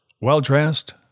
Well-dressed